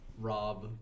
Rob